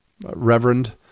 reverend